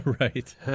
Right